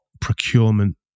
procurement